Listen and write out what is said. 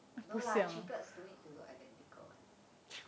no lah triplets don't need to look identical